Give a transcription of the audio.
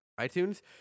iTunes